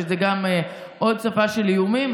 שזו עוד שפה של איומים,